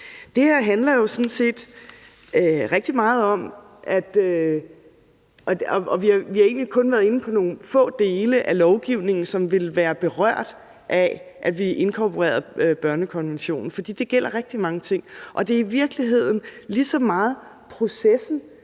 Det her handler jo sådan set om rigtig meget. Vi har egentlig kun været inde på nogle få dele af lovgivningen, som ville være berørt af, at vi inkorporerede børnekonventionen. For det gælder rigtig mange ting. Og det er i virkeligheden lige så meget processen